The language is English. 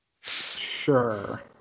Sure